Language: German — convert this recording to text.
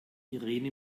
irene